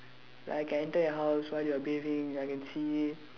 like I can enter your house while you are bathing then I can see